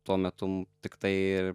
tuo metum tiktai